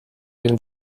den